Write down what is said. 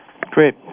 Great